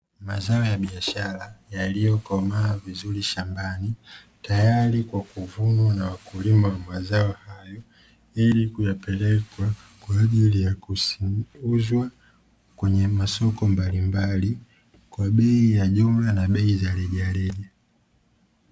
Mazao ya biashara yaliyokomaa vizuri shambani, tayari kwa kuvunwa na wakulima wa mazao hayo, ili kuyapeleka kwa ajili ya kuuzwa kwenye masoko mbalimbali, kwa bei ya jumla na bei za rejareja.